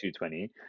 220